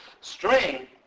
string